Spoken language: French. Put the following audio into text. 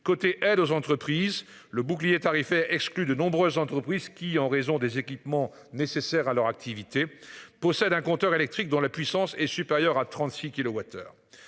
côté aide aux entreprises. Le bouclier tarifaire exclu de nombreuses entreprises qui en raison des équipements nécessaires à leur activité possède un compteur électrique dont la puissance est supérieure à 36.